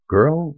Girl